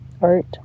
art